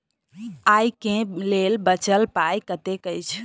आइ केँ लेल बचल पाय कतेक अछि?